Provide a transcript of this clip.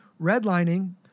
Redlining